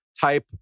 type